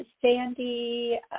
Sandy